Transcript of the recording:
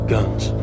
Guns